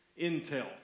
Intel